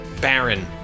Baron